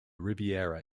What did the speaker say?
riviera